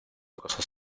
cosas